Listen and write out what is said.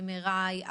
MRI,